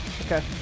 Okay